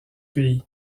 pays